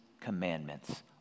commandments